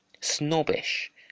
snobbish